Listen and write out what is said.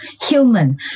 human